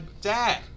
dad